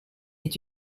est